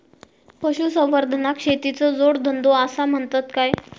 पशुसंवर्धनाक शेतीचो जोडधंदो आसा म्हणतत काय?